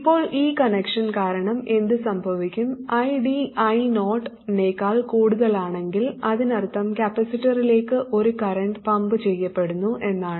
ഇപ്പോൾ ഈ കണക്ഷൻ കാരണം എന്ത് സംഭവിക്കും ID I0 നേക്കാൾ കൂടുതലാണെങ്കിൽ അതിനർത്ഥം കപ്പാസിറ്ററിലേക്ക് ഒരു കറന്റ് പമ്പ് ചെയ്യപ്പെടുന്നു എന്നാണ്